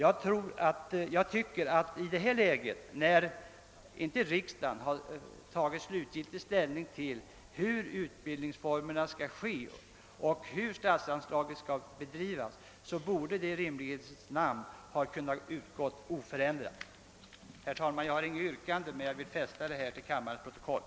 I ett läge då riksdagen ännu inte har tagit slutgiltig ställning till bur utbildningsformerna skall ordnas och till hur statsanslaget skall utgå borde anslaget i rimlighetens namn ha kunnat utgå oförändrat. Jag har, herr talman, inget yrkande men jag vill anteckna dessa synpunkter till kammarens protokoll.